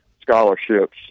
scholarships